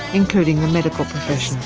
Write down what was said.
including the medical